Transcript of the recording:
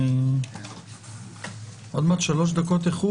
אני פותח את ישיבת ועדת